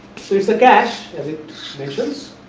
it is a cash as it mentions.